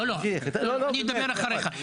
אני אדבר אחריך.